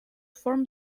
form